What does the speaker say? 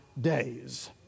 days